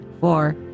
four